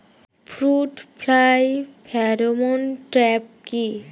Fruit fly pheromone trap কি?